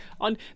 on